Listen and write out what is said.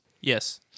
Yes